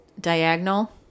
diagonal